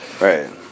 right